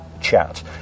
Chat